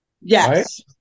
Yes